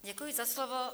Děkuji za slovo.